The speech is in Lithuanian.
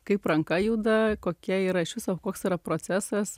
kaip ranka juda kokia yra iš viso koks yra procesas